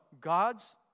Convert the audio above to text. God's